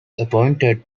appointed